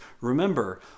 Remember